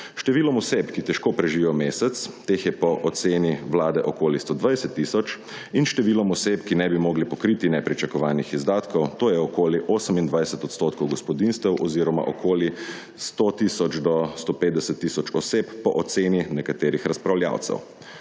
številom oseb, ki težko preživijo mesec, teh je po oceni Vlade okoli 120 tisoč, in številom oseb, ki ne bi mogli pokriti nepričakovanih izdatkov, to je okoli 28 % gospodinjstev oziroma okoli 100.000 do 150.000 oseb po oceni nekaterih razpravljavcev.